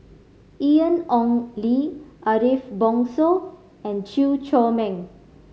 Ian Ong Li Ariff Bongso and Chew Chor Meng